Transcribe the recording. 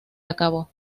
acabó